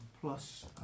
plus